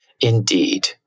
Indeed